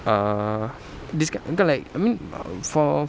err this kind because like I mean uh for